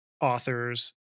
authors